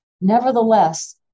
Nevertheless